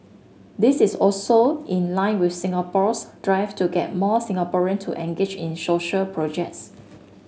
this is also in line with Singapore's drive to get more Singaporean to engage in social projects